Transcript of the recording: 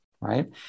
right